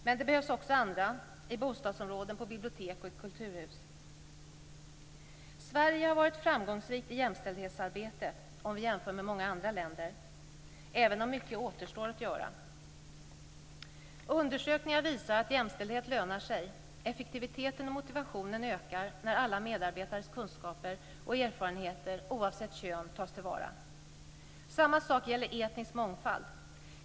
Men det behövs också andra i bostadsområden, på bibliotek och i kulturhus. Sverige har varit framgångsrikt i jämställdhetsarbetet om vi jämför med många andra länder, även om mycket återstår att göra. Undersökningar visar att jämställdhet lönar sig. Effektiviteten och motivationen ökar när alla medarbetares kunskaper och erfarenheter oavsett kön tas till vara. Samma sak gäller etnisk mångfald.